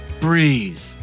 Breathe